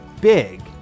big